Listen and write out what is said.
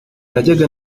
najyaga